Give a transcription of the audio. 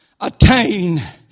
attain